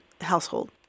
household